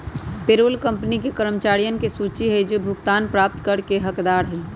payroll company के कर्मचारियन के सूची हई जो भुगतान प्राप्त करे के हकदार हई